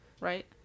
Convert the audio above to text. right